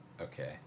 Okay